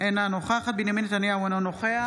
אינה נוכחת בנימין נתניהו, אינו נוכח